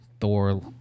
Thor